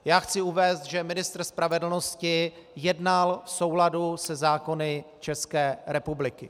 Já chci uvést, že ministr spravedlnosti jednal v souladu se zákony České republiky.